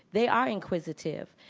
they are inquisitive.